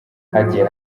hagiye